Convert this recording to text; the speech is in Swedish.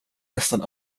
nästan